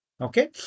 okay